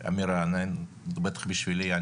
מרענן, בטח בשבילי.